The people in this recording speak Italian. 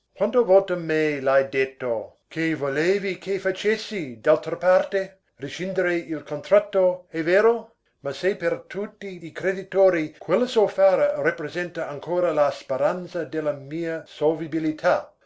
me l'hai detto che volevi che facessi d'altra parte rescindere il contratto è vero ma se per tutti i creditori quella zolfara rappresenta ancora la speranza della mia solvibilità